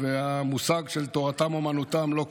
והמושג של תורתם אומנותם לא קיים.